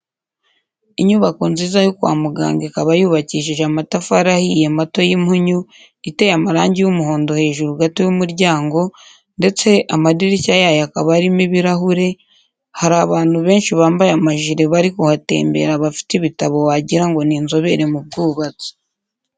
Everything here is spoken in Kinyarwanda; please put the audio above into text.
Inyubako nziza yo kwa muganga ikaba yubakishije amatafari ahiye mato y'impunyu, iteye amarangi y'umuhondo hejuru gato y'umuryango ndetse amadirishya yayo akaba arimo ibirahure, hari abantu benshi bambaye amajire bari kuhatembera bafite ibitabo wagira ngo ni inzobere mu bwubatsi.